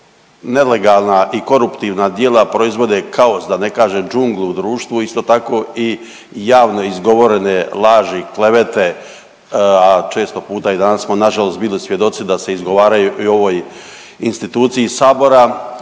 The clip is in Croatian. nelegalna i koruptivna djela proizvode kaos da ne kažem džunglu u društvu isto tako i javno izgovorene laži, klevete, a često puta i danas smo nažalost bili svjedoci da se izgovaraju i u ovoj instituciji sabora,